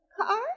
car